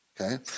Okay